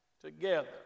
together